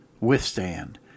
withstand